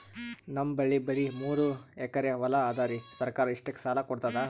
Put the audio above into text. ನಮ್ ಬಲ್ಲಿ ಬರಿ ಮೂರೆಕರಿ ಹೊಲಾ ಅದರಿ, ಸರ್ಕಾರ ಇಷ್ಟಕ್ಕ ಸಾಲಾ ಕೊಡತದಾ?